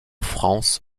france